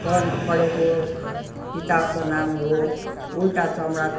पढ् पढेको किताबको नाम हो उल्टा चमडा